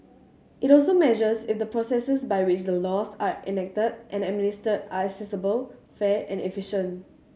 it also measures if the processes by which the laws are enacted and administered are accessible fair and efficient